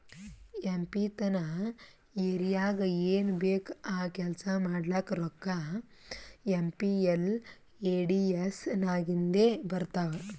M P ತನ್ ಏರಿಯಾಗ್ ಏನ್ ಬೇಕ್ ಆ ಕೆಲ್ಸಾ ಮಾಡ್ಲಾಕ ರೋಕ್ಕಾ ಏಮ್.ಪಿ.ಎಲ್.ಎ.ಡಿ.ಎಸ್ ನಾಗಿಂದೆ ಬರ್ತಾವ್